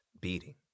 beating